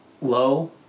low